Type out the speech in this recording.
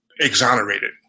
exonerated